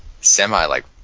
semi-like